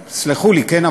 תסלחו לי, כן?